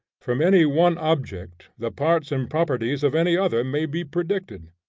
from any one object the parts and properties of any other may be predicted.